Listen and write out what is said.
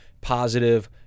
positive